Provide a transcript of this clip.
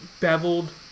beveled